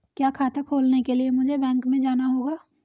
क्या खाता खोलने के लिए मुझे बैंक में जाना होगा?